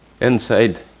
inside